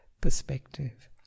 perspective